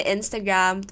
Instagram